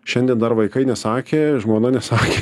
šiandien dar vaikai nesakė žmona nesakė